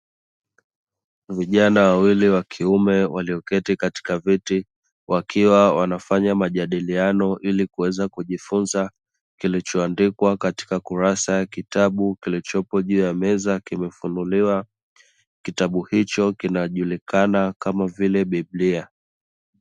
Vijana wawili wa kiume walioketi katika viti, wakiwa wanafanya majadiliano ili kuweza kujifunza kilicho andikwa katika kurasa ya kitabu kilichopo juu ya meza kimefunuliwa. Kitabu hicho kinajulikana kama bibilia.